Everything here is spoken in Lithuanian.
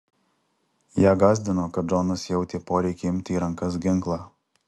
ją gąsdino kad džonas jautė poreikį imti į rankas ginklą